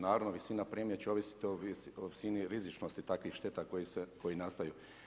Naravno visina premije će ovisiti o visini rizičnosti takvih šteta koje nastaju.